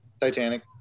Titanic